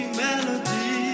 melody